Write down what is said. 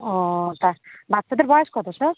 ও তা বাচ্ছাদের বয়স কত সব